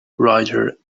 writer